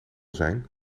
zijn